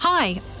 Hi